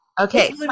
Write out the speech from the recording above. Okay